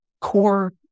core